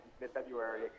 mid-February